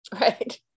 Right